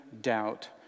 doubt